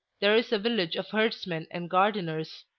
there is a village of herdsmen and gardeners.